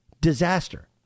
Disaster